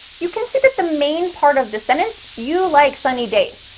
you can see that the main part of the sentence, you like sunny days.